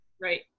Right